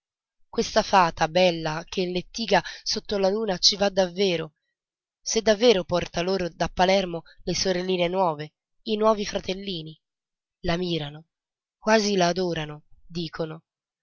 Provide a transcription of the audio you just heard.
questa fata bella che in lettiga sotto la luna ci va davvero se davvero porta loro da palermo le sorelline nuove i nuovi fratellini la mirano quasi la adorano dicono